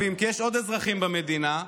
אזרחים במדינה,